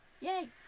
yay